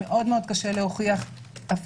היום מאוד מאוד קשה להוכיח הפליה.